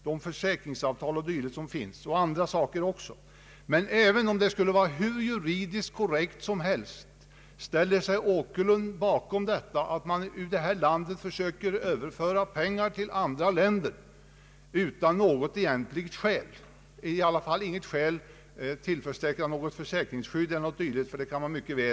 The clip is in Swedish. Men jag vill fråga herr Åkerlund om han — tillvägagångssättet må alltså i och för sig vara hur juridiskt korrekt som helst — ställer sig bakom att man ur landet försöker överföra pengar till andra länder utan att ha något egentligt skäl?